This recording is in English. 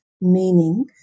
meaning